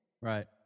Right